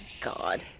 God